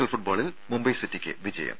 L ഫുട്ബോളിൽ മുംബൈ സിറ്റിക്ക് വിജയം